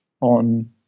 on